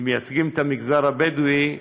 שמייצגים את המגזר הבדואי,